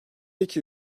iki